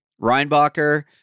Reinbacher